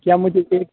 क्या मुझे फिर